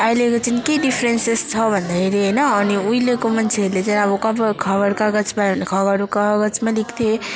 अहिलेको चाहिँ के डिफ्रेन्सेस छ भन्दाखेरि होइन अनि उहिलेको मान्छेहरू चाहिँ अब खब खबर कागज पायो भने खबर कागजमा लेख्थे